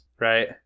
Right